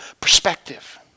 perspective